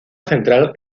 central